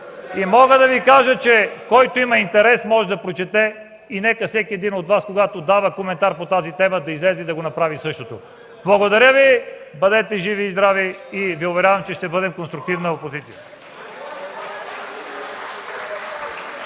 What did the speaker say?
Мога да кажа, че който има интерес, може да прочете. Нека всеки един от Вас, когато дава коментар по тази тема, да излезе и да направи същото. Благодаря. Бъдете живи и здрави! Уверявам Ви, че ще бъдем конструктивна опозиция!